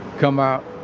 come out.